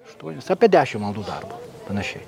aštuonias apie dešimt valandų darbo panašiai